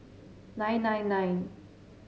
nine nine nine